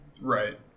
right